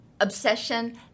obsession